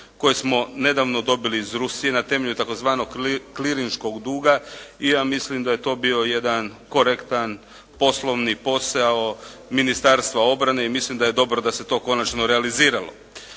koje smo nedavno dobili iz Rusije na temelju tzv. klirinškog duga i ja mislim da je to bio jedan korektan poslovni posao Ministarstva obrane i mislim da je dobro da se to konačno realiziralo.